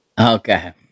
okay